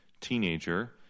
teenager